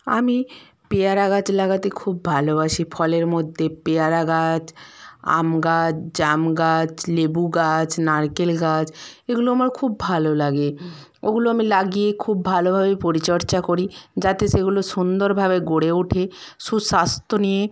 আমি পেয়ারা গাছ লাগাতে খুব ভালোবাসি ফলের মধ্যে পেয়ারা গাছ আম গাছ জাম গাছ লেবু গাছ নারকেল গাছ এগুলো আমার খুব ভালো লাগে ওগুলো আমি লাগিয়ে খুব ভালোভাবে পরিচর্চা করি যাতে সেগুলো সুন্দরভাবে গড়ে ওঠে সুস্বাস্থ্য নিয়ে